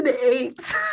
eight